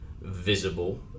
visible